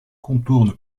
contourne